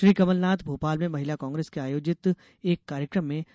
श्री कमलनाथ भोपाल में महिला कांग्रेस के आयोजित एक कार्यक्रम में शामिल हुए